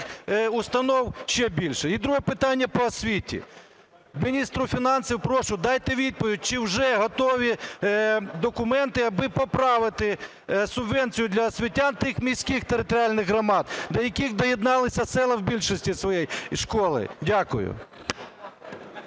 установ ще більше? І друге питання по освіті міністру фінансів. Прошу, дайте відповідь, чи вже готові документи, аби поправити субвенцію для освітян тих міських територіальних громад, до яких доєдналися села в більшості своїй і школи? Дякую.